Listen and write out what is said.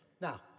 now